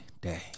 day